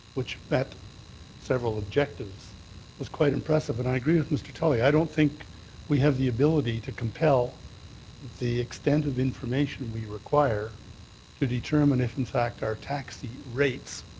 which met several objectives was quite impressive, and i agree with mr. tully. i don't think we have the ability to compel the extent of information we require to determine if in fact our taxi rates